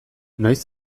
noiz